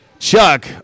Chuck